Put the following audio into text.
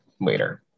later